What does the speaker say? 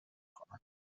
کنم